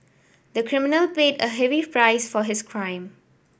the criminal paid a heavy price for his crime